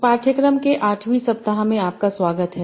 इस पाठ्यक्रम केआठवीं सप्ताह में आपका स्वागत है